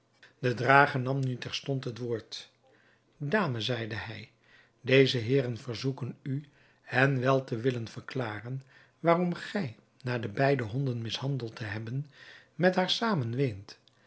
de drager nam nu terstond het woord dame zeide hij deze heeren verzoeken u hen wel te willen verklaren waarom gij na de beide honden mishandeld te hebben met haar